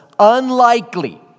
Unlikely